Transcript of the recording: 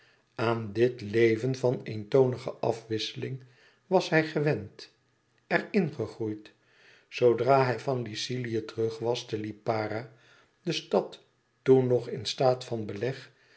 aan dit leven van eentonige afwisseling was hij gewend er in gegroeid zoodra hij van lycilië terug was te lipara de stad toen nog in staat van beleg